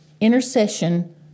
Intercession